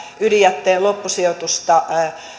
ydinjätteen loppusijoitusta